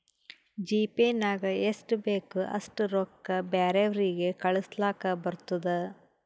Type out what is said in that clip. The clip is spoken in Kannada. ಜಿಪೇ ನಾಗ್ ಎಷ್ಟ ಬೇಕ್ ಅಷ್ಟ ರೊಕ್ಕಾ ಬ್ಯಾರೆವ್ರಿಗ್ ಕಳುಸ್ಲಾಕ್ ಬರ್ತುದ್